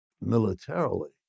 militarily